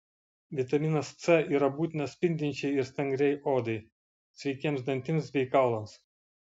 vitaminas c yra būtinas spindinčiai ir stangriai odai sveikiems dantims bei kaulams